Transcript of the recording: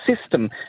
system